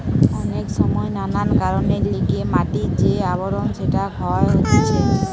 অনেক সময় নানান কারণের লিগে মাটির যে আবরণ সেটা ক্ষয় হতিছে